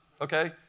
okay